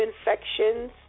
infections